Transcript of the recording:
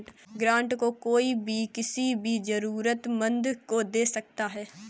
grant को कोई भी किसी भी जरूरतमन्द को दे सकता है